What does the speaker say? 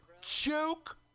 Joke